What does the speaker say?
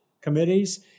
committees